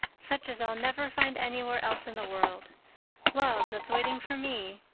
such as i'll never find anywhere else in the world love that's waiting for me.